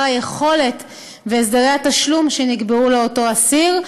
היכולת והסדרי התשלום שנקבעו לאותו אסיר.